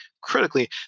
critically